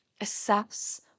assess